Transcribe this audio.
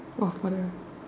for the